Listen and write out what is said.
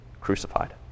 crucified